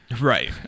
Right